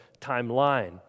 timeline